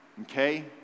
Okay